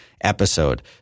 episode